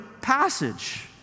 passage